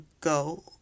go